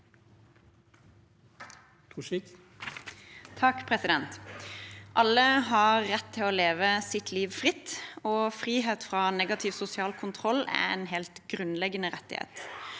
(V) Alle har rett til å leve sitt liv fritt, og frihet fra negativ sosial kontroll er en helt grunnleggende rettighet.